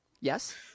Yes